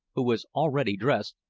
who was already dressed,